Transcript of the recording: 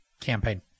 campaign